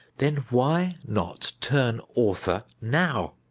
then why not turn author now?